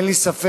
אין לי ספק